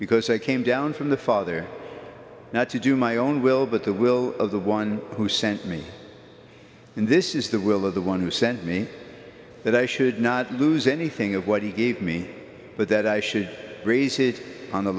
because i came down from the father not to do my own will but the will of the one who sent me and this is the will of the one who sent me that i should not lose anything of what he gave me but that i should raise it on the